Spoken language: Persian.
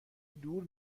دور